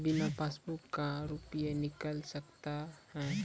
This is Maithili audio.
बिना पासबुक का रुपये निकल सकता हैं?